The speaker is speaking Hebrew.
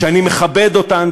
שאני מכבד אותן,